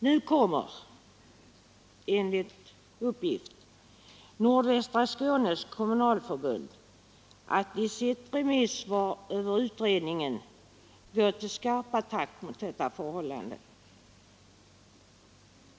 Nu kommer, enligt uppgift, Nordvästra Skånes kommunalförbund att i sitt remissvar över utredningen gå till skarp attack mot detta förhållande.